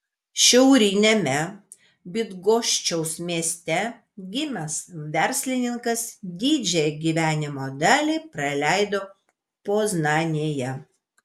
šiauriniame bydgoščiaus mieste gimęs verslininkas didžiąją gyvenimo dalį praleido poznanėje